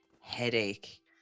headache